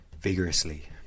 vigorously